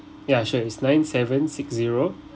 ya sure is nine seven six zero